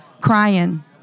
crying